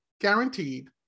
guaranteed